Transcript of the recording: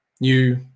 New